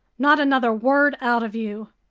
not another word out of you!